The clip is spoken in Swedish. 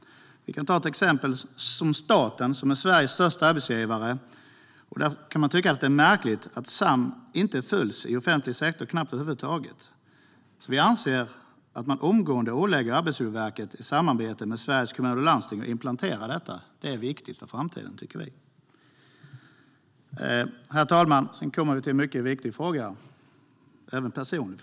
Vi kan ta ett exempel. Staten är Sveriges största arbetsgivare, och därför kan man tycka att det är märkligt att SAM inte följs i offentlig sektor - knappt över huvud taget. Vi anser därför att man omgående bör ålägga Arbetsmiljöverket att implementera detta i samarbete med Sveriges Kommuner och Landsting. Det tycker vi är viktigt för framtiden. Herr talman! Vi kommer nu till en mycket viktig fråga, även för mig personligen.